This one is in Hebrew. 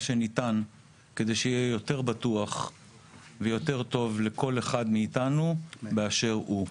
שניתן כדי שיהיה יותר בטוח ויותר טוב לכל אחד מאיתנו באשר הוא.